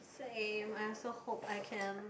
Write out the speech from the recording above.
same I also hope I can